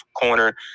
corner